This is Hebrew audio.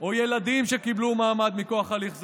או ילדים שקיבלו מעמד מכוח הליך זה.